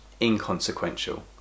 inconsequential